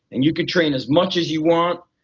and you could train as much as you want,